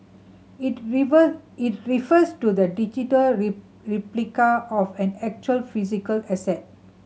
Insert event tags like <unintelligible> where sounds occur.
it river it refers to the digital <unintelligible> replica of an actual physical asset